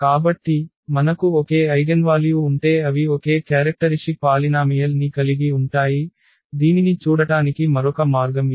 కాబట్టి మనకు ఒకే ఐగెన్వాల్యూ ఉంటే అవి ఒకే క్యారెక్టరిషిక్ పాలినామియల్ ని కలిగి ఉంటాయి దీనిని చూడటానికి మరొక మార్గం ఇది